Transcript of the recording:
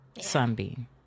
Sunbeam